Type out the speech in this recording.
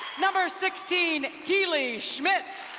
number sixteen, keeley schmitt,